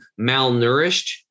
malnourished